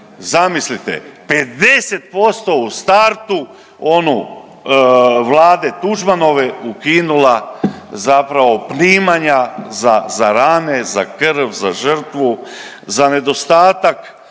zamislite, 50% u startu onu vlade Tuđmanove ukinula zapravo primanja za, za rane, za krv, za žrtvu, za nedostatak